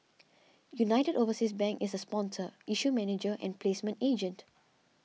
United Overseas Bank is sponsor issue manager and placement agent